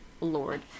lord